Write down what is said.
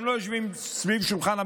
הם לא יושבים סביב שולחן הממשלה,